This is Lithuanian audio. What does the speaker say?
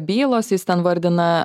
bylos jis ten vardina